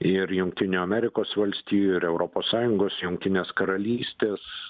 ir jungtinių amerikos valstijų ir europos sąjungos jungtinės karalystės